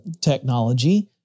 technology